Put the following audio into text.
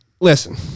listen